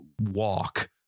walk